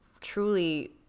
Truly